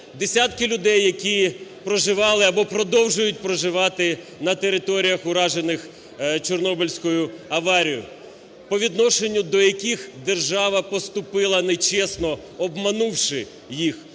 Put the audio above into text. десятки людей, які проживали або продовжують проживати на територіях, уражених Чорнобильською аварією, по відношенню до яких держава поступила нечесно, обманувши їх.